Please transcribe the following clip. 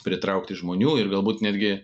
pritraukti žmonių ir galbūt netgi